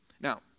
Now